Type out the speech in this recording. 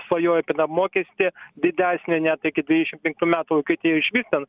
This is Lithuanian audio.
svajoja apie mokestį didesnį net iki dvidešimt penktų metų vokietijoj išvis ten